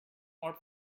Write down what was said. more